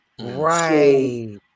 Right